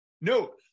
No